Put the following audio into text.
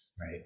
right